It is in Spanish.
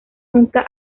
nunca